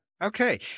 Okay